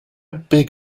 big